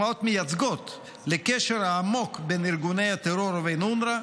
מייצגות לקשר העמוק בין ארגוני הטרור ובין אונר"א,